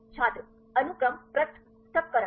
छात्र अनुक्रम पृथक्करण